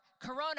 Corona